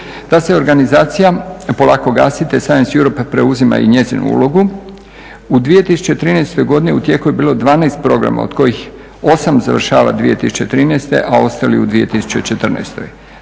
Ta se organizacija polako gasi te Science Europe preuzima i njezinu ulogu. U 2013. godini u tijeku je bilo 12 programa od kojih 8 završava 2013., a ostali u 2014. Za sve